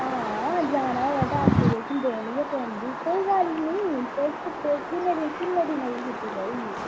आं जाना होऐ तां एप्लीकेशन देना गै पौंदी कोई गल्ल निं तुसें किन्ने दिनें दी छुट्टी चाहिदी